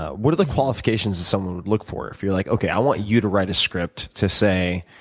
what are the qualifications that someone would look for, if you're like okay, i want you to write a script to say,